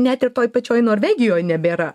net ir toj pačioj norvegijoj nebėra